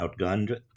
outgunned